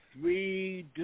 three